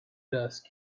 dust